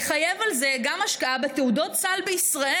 לחייב על זה גם השקעה בתעודות סל בישראל.